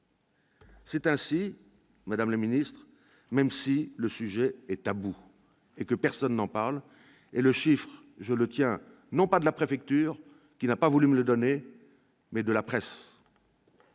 C'est ainsi, madame la ministre, même si le sujet est tabou et personne n'en parle. Je tiens ce chiffre non pas de la préfecture, qui n'a pas voulu me le donner, mais de la presse